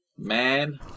Man